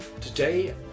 Today